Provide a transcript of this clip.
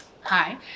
Hi